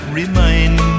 remind